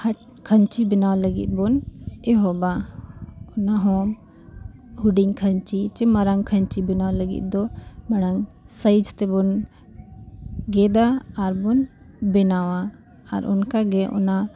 ᱦᱟᱴ ᱠᱷᱟᱹᱧᱪᱤ ᱵᱮᱱᱟᱣ ᱞᱟᱹᱜᱤᱫ ᱵᱚᱱ ᱮᱦᱚᱵᱟ ᱚᱱᱟ ᱦᱚᱸ ᱦᱩᱰᱤᱧ ᱠᱷᱟᱹᱧᱪᱤ ᱥᱮ ᱢᱟᱨᱟᱝ ᱠᱷᱟᱹᱧᱪᱤ ᱵᱮᱱᱟᱣ ᱞᱟᱹᱜᱤᱫ ᱫᱚ ᱢᱟᱲᱟᱝ ᱥᱟᱭᱤᱡᱽ ᱛᱮᱵᱚᱱ ᱜᱮᱫᱟ ᱟᱨ ᱵᱚᱱ ᱵᱮᱱᱟᱣᱟ ᱟᱨ ᱚᱱᱠᱟ ᱜᱮ ᱚᱱᱟ